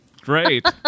Great